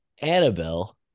Annabelle